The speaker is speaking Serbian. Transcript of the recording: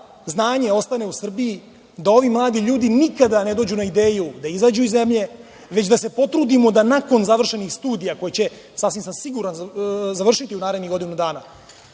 znanje ostane u Srbiji, da ovi mladi ljudi nikada ne dođu na ideju da izađu iz zemlje, već da se potrudimo da nakon završenih studija, koje će sasvim sam siguran završiti u narednih godinu dana,